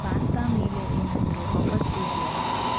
pasta ಮೇಲೆ ಏನಾದರೂ offers ಇದೆಯಾ